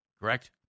Correct